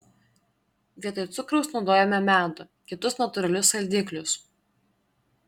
vietoj cukraus naudojame medų kitus natūralius saldiklius